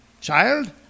Child